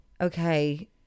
Okay